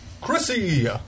Chrissy